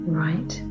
right